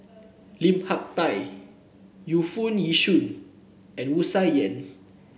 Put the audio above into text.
Lim Hak Tai Yu Foo Yee Shoon and Wu Tsai Yen